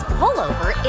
pullover